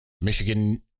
Michigan